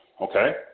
okay